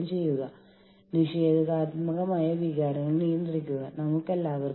അതിനാൽ അത് ഒരു ചാമ്പ്യനായി പ്രവർത്തിക്കുന്നു